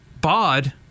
Bod